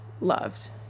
loved